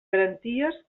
garanties